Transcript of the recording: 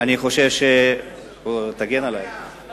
מצפים שיושב-ראש הסיעה יגיד לנו מה עם הגיור של העולים,